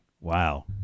wow